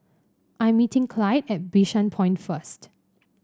I am meeting Clyde at Bishan Point first